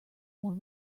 one